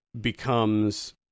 becomes